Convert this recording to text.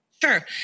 Sure